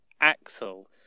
Axel